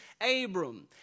Abram